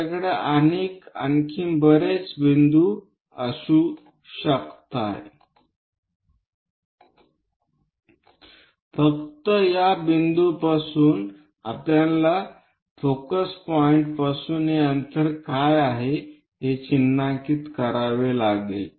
आपल्याकडे आणखी बरेच बिंदू असू शकतात फक्त या बिंदूपासून आपल्याला फोकस पॉइंटपासून हे अंतर काय आहे हे चिन्हांकित करावे लागेल